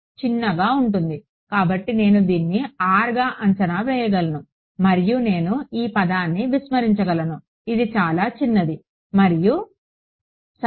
చిన్నగా ఉంటుంది కాబట్టి నేను దీన్ని R గా అంచనా వేయగలను మరియు నేను ఈ పదాన్ని విస్మరించగలను ఇది చాలా చిన్నది మరియు సరే